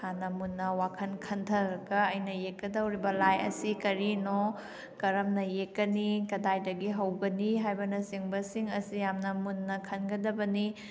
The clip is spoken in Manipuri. ꯍꯥꯟꯅ ꯃꯨꯟꯜ ꯋꯥꯈꯟ ꯈꯟꯊꯔꯒ ꯑꯩꯅ ꯌꯦꯛꯀꯗꯧꯔꯤꯕ ꯂꯥꯏ ꯑꯁꯤ ꯀꯔꯤꯅꯣ ꯀꯔꯝꯅ ꯌꯦꯛꯀꯅꯤ ꯀꯗꯥꯏꯗꯒꯤ ꯍꯧꯒꯅꯤ ꯍꯥꯏꯕꯅ ꯆꯤꯡꯕꯁꯤꯡ ꯑꯁꯤ ꯌꯥꯝꯅ ꯃꯨꯟꯅ ꯈꯟꯒꯟꯗꯕꯅꯤ